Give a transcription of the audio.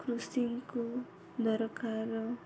କୃଷିଙ୍କୁ ଦରକାର